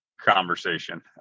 conversation